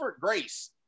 Grace